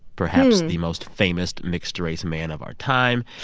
perhaps the most famous mixed-race man of our time.